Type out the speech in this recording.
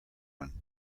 one